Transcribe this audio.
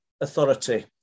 authority